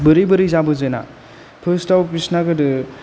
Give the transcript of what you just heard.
बोरै बोरै जाबोजेना फार्स्टआव बिसोरना गोदो